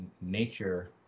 nature